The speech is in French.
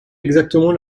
exactement